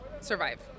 survive